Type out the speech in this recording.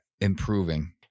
improving